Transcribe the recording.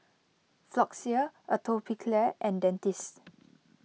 Floxia Atopiclair and Dentiste